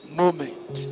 moment